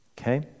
Okay